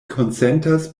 konsentas